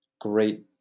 great